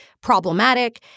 problematic